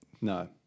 No